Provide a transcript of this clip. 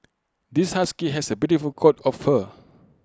this husky has A beautiful coat of fur